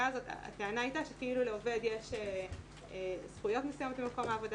הטענה הייתה שכאילו לעובד יש זכויות מסוימות במקום העבודה